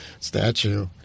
statue